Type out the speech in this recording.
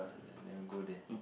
never go there